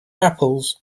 apples